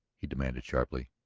he demanded sharply.